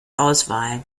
auswahl